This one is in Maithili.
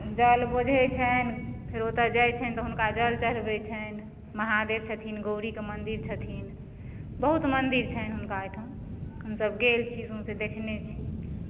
जल छन्हि फेर ओतऽ जाइ छन्हि तऽ हुनका जल चढ़बय छन्हि महादेव छथिन गौरीके मन्दिर छथिन बहुत मन्दिर छन्हि हुनका ओइ ठाम हम सब गेल छी सौँसे देखने छी